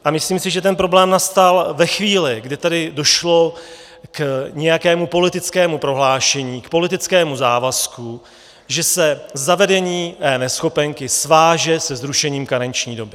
A myslím si, že ten problém nastal ve chvíli, kdy tady došlo k nějakému politickému prohlášení, k politickému závazku, že se zavedení eNeschopenky sváže se zrušením karenční doby.